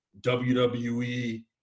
wwe